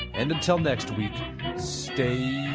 and until next week stay